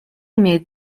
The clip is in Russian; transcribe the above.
имеет